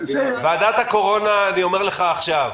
אני אומר לך עכשיו,